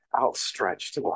outstretched